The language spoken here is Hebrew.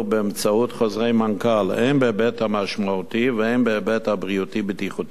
באמצעות חוזרי מנכ"ל הן בהיבט המשמעתי והן בהיבט הבריאותי-בטיחותי.